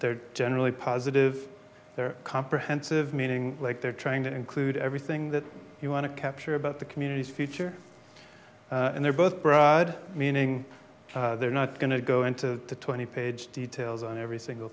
they're generally positive they're comprehensive meaning like they're trying to include everything that you want to capture about the communities future and they're both broad meaning they're not going to go into the twenty page details on every single